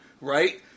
right